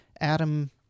Adam